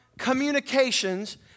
communications